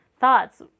thoughts